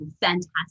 fantastic